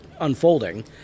unfolding